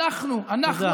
אנחנו, תודה.